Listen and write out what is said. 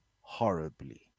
horribly